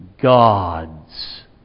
God's